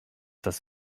dass